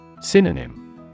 Synonym